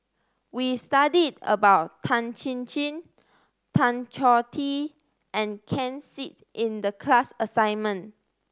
we studied about Tan Chin Chin Tan Choh Tee and Ken Seet in the class assignment